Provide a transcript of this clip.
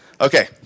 Okay